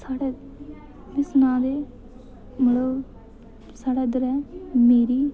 साढ़ा केह् सनांऽ मतलब साढ़ा उद्धर ऐ मेरी